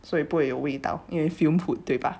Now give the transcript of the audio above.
所以不会闻道因为 fume hood 对吧